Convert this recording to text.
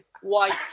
white